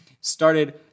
started